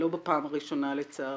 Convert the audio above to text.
לא בפעם הראשונה לצערי.